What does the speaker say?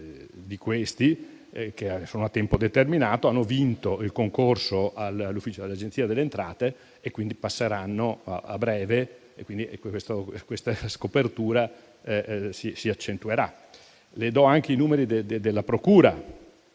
di questi, che sono a tempo determinato, hanno vinto il concorso all'Agenzia delle entrate, dove passeranno a breve, quindi questa scopertura si accentuerà. Le do anche i numeri della procura: